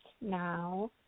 now